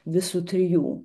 visų trijų